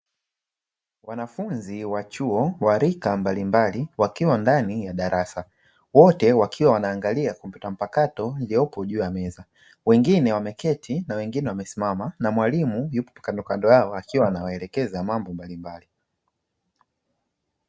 Wanafunzi wa chuo wa rika mbalimbali wakiwa ndani ya darasa. Wote wakiwa wanaangalia kompyuta mpakato ilioko juu ya meza, wengine wameketi na wengine wamesimama huku mwalimu amesimama yupo kando yao akiwa anawaelekeza mambo mbalimbali.